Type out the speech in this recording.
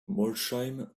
molsheim